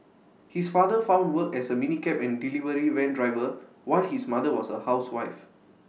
his father found work as A minicab and delivery van driver while his mother was A housewife